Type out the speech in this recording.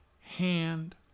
hand